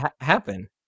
happen